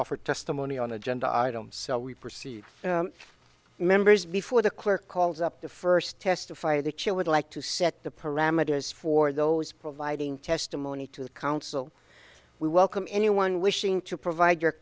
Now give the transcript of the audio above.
offer testimony on agenda items so we perceive members before the clerk calls up the first testify that she would like to set the parameters for those providing testimony to the council we welcome anyone wishing to provide your